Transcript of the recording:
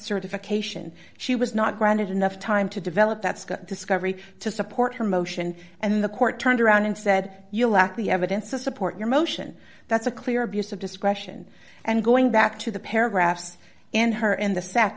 certification she was not granted enough time to develop that skill discovery to support her motion and the court turned around and said you lack the evidence to support your motion that's a clear abuse of discretion and going back to the paragraphs in her in the sac